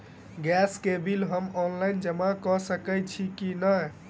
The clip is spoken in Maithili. गैस केँ बिल हम ऑनलाइन जमा कऽ सकैत छी की नै?